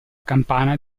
campana